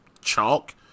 chalk